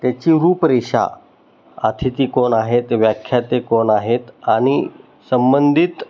त्याची रुपरेषा आतिथी कोण आहेत व्याख्याते कोण आहेत आणि संबंधित